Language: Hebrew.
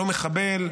לא מחבל,